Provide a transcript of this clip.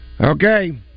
Okay